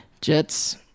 Jet's